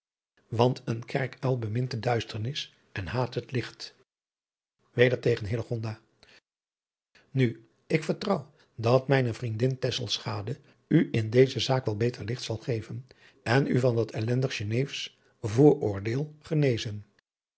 want een kerkuil bemint de duisternis en haat het licht weder tegen hillegonda nu ik vertrouw dat mijne vriendin tesselschade u in deze zaak wel beter licht zal geven en u van dat ellendig geneefsch vooroordeel genezen